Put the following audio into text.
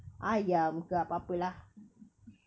ayam ke apa apa lah